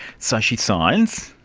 so she signs,